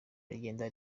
rigenda